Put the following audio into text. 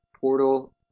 portal